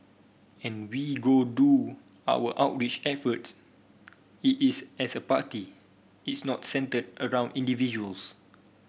and we go do our outreach efforts it is as a party it's not centred around individuals